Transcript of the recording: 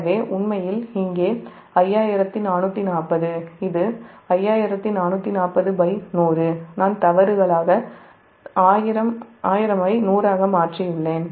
எனவே உண்மையில் இங்கே 5440 இது 5440100 நான் தவறுதலாக 1000 ஐ 100 ஆக மாற்றியுள்ளேன்